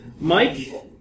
Mike